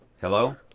hello